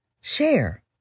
Share